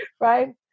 right